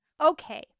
Okay